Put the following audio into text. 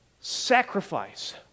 sacrifice